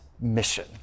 mission